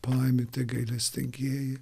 palaiminti gailestingieji